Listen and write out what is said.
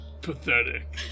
Pathetic